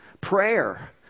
Prayer